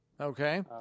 Okay